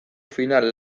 final